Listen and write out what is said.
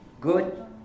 good